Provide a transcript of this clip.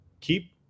keep